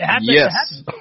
Yes